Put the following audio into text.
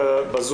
פרקליטות?